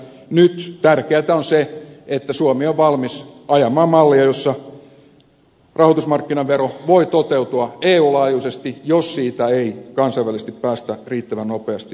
nyt tärkeätä on se että suomi on valmis ajamaan mallia jossa rahoitusmarkkinavero voi toteutua eun laajuisesti jos siitä ei kansainvälisesti päästä riittävän nopeasti yhteisymmärrykseen